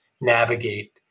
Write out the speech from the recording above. navigate